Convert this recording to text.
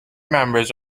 members